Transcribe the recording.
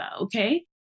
Okay